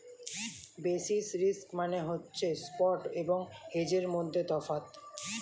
basis risk মানে হচ্ছে spot এবং হেজের মধ্যে তফাৎ